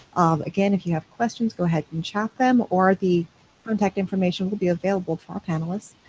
again, if you have questions, go ahead and chat them, or the contact information will be available for our panelists.